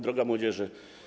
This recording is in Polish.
Droga Młodzieży!